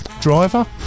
driver